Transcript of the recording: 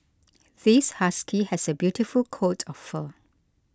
this husky has a beautiful coat of fur